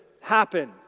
happen